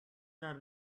that